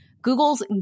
Google's